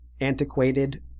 antiquated